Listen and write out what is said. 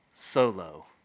Solo